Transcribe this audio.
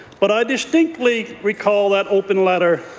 but i distinctly recall that open letter